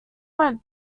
went